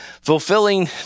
Fulfilling